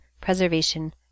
preservation